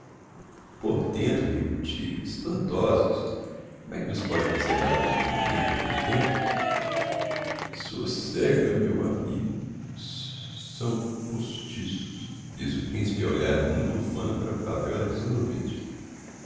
um portento rico tio espantosos como é que os pode conservar do mesmo comprimento por tanto tempo socéga meu amigo s são postiços diz o principe a olhar muito ufano para pavel alexandrovitch